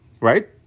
Right